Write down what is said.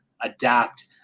adapt